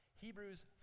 Hebrews